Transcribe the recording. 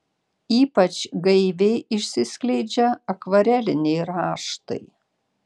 ypač gaiviai išsiskleidžia akvareliniai raštai